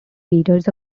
readers